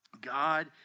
God